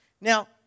Now